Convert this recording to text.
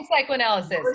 psychoanalysis